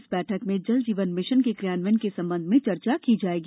इस बैठक में जल जीवन मिशन के क्रियान्यन के संबंध में चर्चा की जायेगी